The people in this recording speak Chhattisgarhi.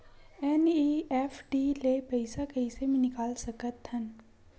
एन.ई.एफ.टी ले पईसा कइसे निकाल सकत हन?